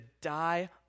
die